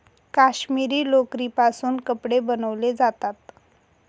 काश्मिरी लोकरीपासून कपडे बनवले जातात